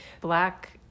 Black